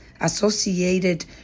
associated